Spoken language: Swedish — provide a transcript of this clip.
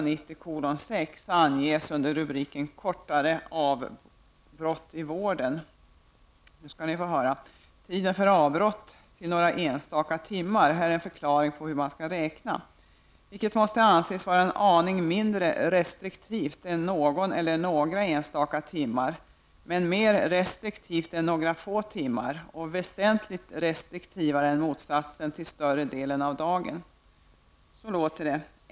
anges följande under rubriken Kortare avbrott i vården -- lägg märke till detta -- tiden för avbrott till några enstaka timmar, vilket måste anses vara en aning mindre restrektivt än någon eller några enstaka timmar, men mer restriktivt än några få timmar och väsentligt restriktivare än större delen av dagen.